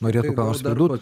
norėtų ką nors pridurt